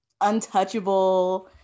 untouchable